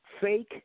Fake